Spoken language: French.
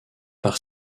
par